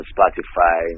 Spotify